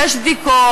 יש בדיקות.